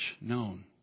known